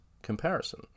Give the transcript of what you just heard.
Comparison